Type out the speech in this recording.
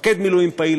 מפקד מילואים פעיל,